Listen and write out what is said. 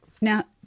Now